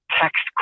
text